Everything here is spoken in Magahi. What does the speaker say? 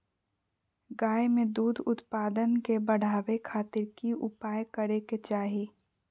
गाय में दूध उत्पादन के बढ़ावे खातिर की उपाय करें कि चाही?